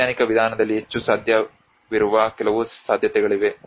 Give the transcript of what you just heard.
ವೈಜ್ಞಾನಿಕ ವಿಧಾನದಲ್ಲಿ ಹೆಚ್ಚು ಸಾಧ್ಯವಿರುವ ಕೆಲವು ಸಾಧ್ಯತೆಗಳಿವೆ